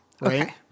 right